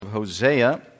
Hosea